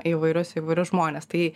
įvairius įvairius žmones tai